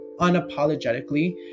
unapologetically